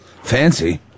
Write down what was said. Fancy